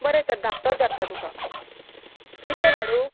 बरें तर धाकटोच धाडटा तुका कितले धाडूं